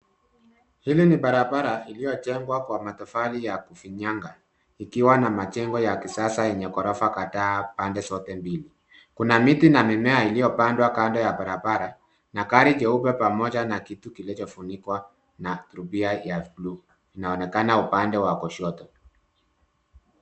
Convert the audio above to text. Hili ni barabara iliyojengwa kwa matofali ya kufinyanga ikiwa na majengo ya kisasa yenye ghorofa kadhaa pande zote mbili. Kuna miti na mimea iliopandwa kando ya barabara na gari jeupe pamoja na kitu kilichofunikwa na rubiai ya buluu. Inaonekana upanda wa kushoto.